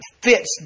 fits